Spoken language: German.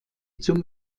zum